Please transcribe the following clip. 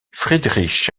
friedrich